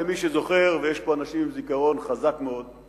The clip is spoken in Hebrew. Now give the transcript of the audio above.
למי שזוכר, ויש כאן אנשים עם זיכרון חזק מאוד,